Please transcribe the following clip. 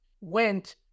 went